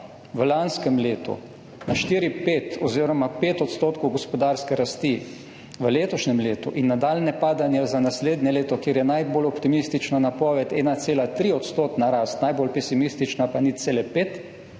v lanskem letu na 4,5 oziroma 5 % gospodarske rasti v letošnjem letu in nadaljnje padanje za naslednje leto, kjer je najbolj optimistična napoved 1,3-odstotna rast, najbolj pesimistična pa 0,5,